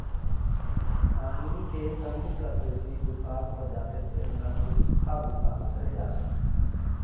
पानी के कमी क सेती दुकाल पर जाथे तेन ल सुक्खा दुकाल कहे जाथे